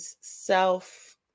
self